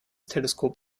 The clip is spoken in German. teleskop